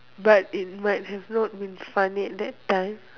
but it might have not been funny at that time